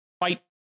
fight